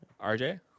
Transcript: RJ